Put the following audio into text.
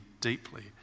deeply